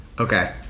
Okay